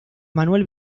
manuel